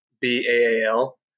B-A-A-L